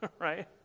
Right